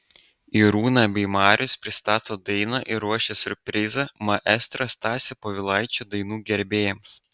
irūna bei marius pristato dainą ir ruošia siurprizą maestro stasio povilaičio dainų gerbėjams